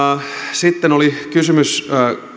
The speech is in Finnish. sitten oli kysymys